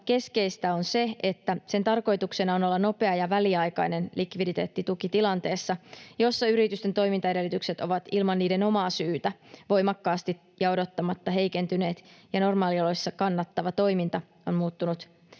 keskeistä on se, että sen tarkoituksena on olla nopea ja väliaikainen likviditeettituki tilanteessa, jossa yritysten toimintaedellytykset ovat ilman niiden omaa syytä voimakkaasti ja odottamatta heikentyneet ja normaalioloissa kannattava toiminta on muuttunut